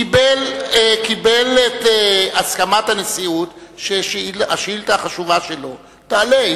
קיבל את הסכמת הנשיאות שהשאילתא החשובה שלו תעלה.